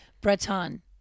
Breton